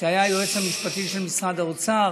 שהיה היועץ המשפטי של משרד האוצר,